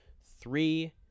three